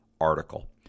article